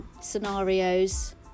scenarios